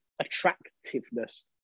attractiveness